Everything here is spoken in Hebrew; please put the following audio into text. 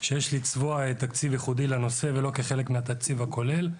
שיש לצבוע תקציב ייחודי לנושא ולא כחלק מהתקציב הכולל.